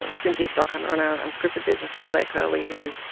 and cynthia stockhammer on our unscripted business and claire curley, who,